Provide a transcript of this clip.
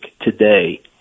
today